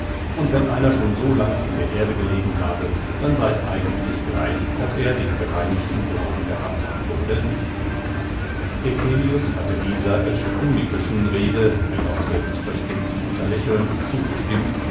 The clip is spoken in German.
und wenn einer schon so lang in der erde gelegen habe dann sei's eigentlich gleich ob er den gereinigten glauben gehabt habe oder nicht eccelius hatte dieser echt kunicke'schen rede wenn auch selbstverständlich unter lächeln zugestimmt